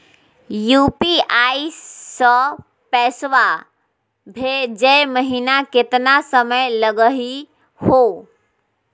UPI स पैसवा भेजै महिना केतना समय लगही हो?